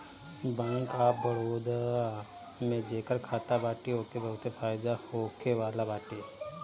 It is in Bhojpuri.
बैंक ऑफ़ बड़ोदा में जेकर खाता बाटे ओके बहुते फायदा होखेवाला बाटे